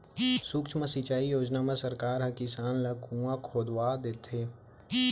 सुक्ष्म सिंचई योजना म सरकार ह किसान ल कुँआ खोदवा देथे